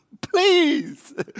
Please